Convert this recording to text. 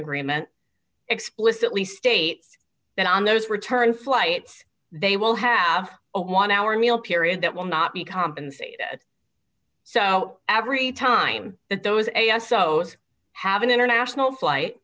agreement explicitly states that on those return flights they will have a one hour meal period that will not be compensated so every time those a s o have an international flight